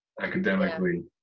academically